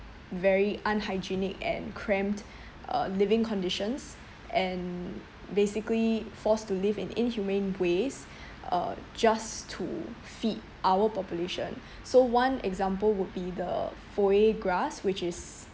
very unhygienic and cramped uh living conditions and basically forced to live in inhumane ways uh just to feed our population so one example would be the foie-gras which is